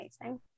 Amazing